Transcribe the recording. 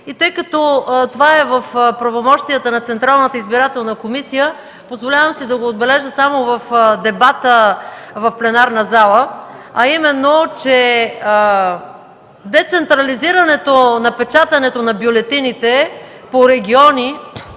И тъй като това е в правомощията на Централната избирателна комисия, позволявам си да го отбележа само в дебата в пленарната зала, а именно, че децентрализирането на печатането на бюлетините по региони,